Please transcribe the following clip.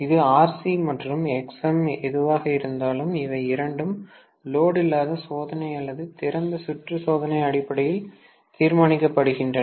இது Rc மற்றும் Xm எதுவாக இருந்தாலும் இவை இரண்டும் லோடு இல்லாத சோதனை அல்லது திறந்த சுற்று சோதனை அடிப்படையில் தீர்மானிக்கப்படுகின்றன